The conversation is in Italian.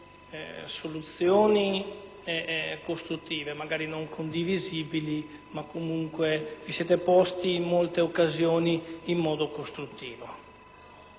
soluzioni costruttive, magari non condivisibili, comunque vi siete posti in molte occasioni in modo costruttivo.